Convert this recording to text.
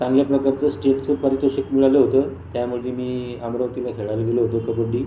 चांगल्या प्रकारचं स्टेटचं पारितोषिक मिळालं होतं त्यामध्ये मी अमरावतीला खेळायला गेलो होतो कबड्डी